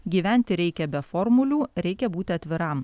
gyventi reikia be formulių reikia būti atviram